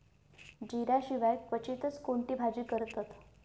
जिऱ्या शिवाय क्वचितच कोणती भाजी करतत